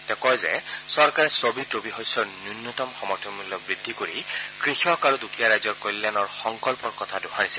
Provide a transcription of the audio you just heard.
তেওঁ কয় যে চৰকাৰে ছবিধ ৰবি শস্যৰ ন্যূনতম সমৰ্থন মূল্য বৃদ্ধি কৰি কৃষক আৰু দুখীয়া ৰাইজৰ কল্যাণৰ সংকল্পৰ কথা দোহাৰিছে